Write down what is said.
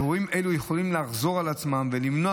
אירועים אלו יכולים לחזור על עצמם ולמנוע